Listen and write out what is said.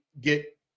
get